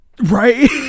right